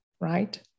right